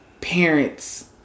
parents